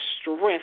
strength